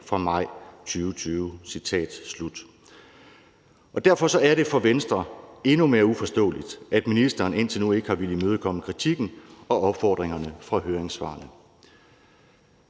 fra maj 2020.« Derfor er det for Venstre endnu mere uforståeligt, at ministeren indtil nu ikke har villet imødekomme kritikken og opfordringerne fra høringssvarene.